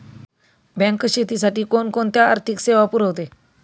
Bank शेतीसाठी कोणकोणत्या आर्थिक सेवा पुरवते?